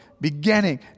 beginning